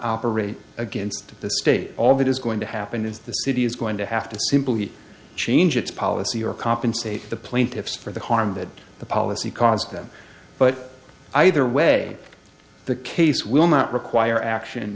operate against the state all that is going to happen is the city is going to have to simply change its policy or compensate the plaintiffs for the harm that the policy caused them but either way the case will not require action